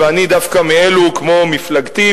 ואני דווקא מאלו כמו מפלגתי,